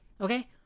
Okay